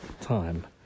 time